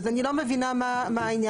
אז אני לא מבינה מה העניין.